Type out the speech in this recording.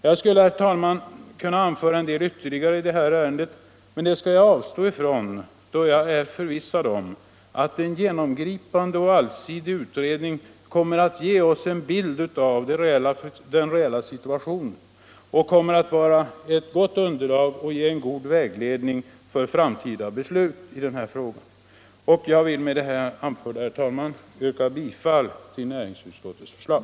Jag skulle, herr talman, kunna anföra en del ytterligare i detta ärende, men det skall jag avstå från, då jag är förvissad om att en genomgripande och allsidig utredning kommer att ge oss en bild av den reella situationen och vara ett gott underlag och ge en god vägledning för framtida beslut i denna fråga. Med det anförda vill jag, herr talman, yrka bifall till näringsutskottets förslag.